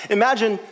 imagine